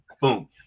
boom